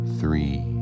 three